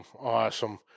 Awesome